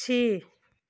पक्षी